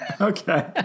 Okay